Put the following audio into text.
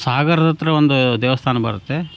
ಸಾಗರದತ್ತಿರ ಒಂದು ದೇವಸ್ಥಾನ ಬರುತ್ತೆ